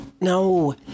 No